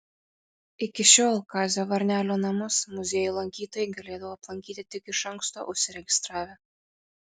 iki šiol kazio varnelio namus muziejų lankytojai galėdavo aplankyti tik iš anksto užsiregistravę